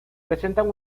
presentan